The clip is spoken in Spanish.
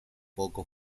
poco